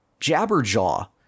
Jabberjaw